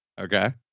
Okay